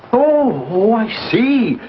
oh, oh i see,